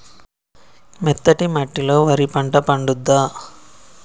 మెత్తటి మట్టిలో వరి పంట పండుద్దా?